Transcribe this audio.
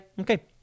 okay